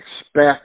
expect